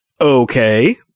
Okay